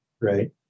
right